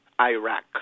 Iraq